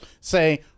say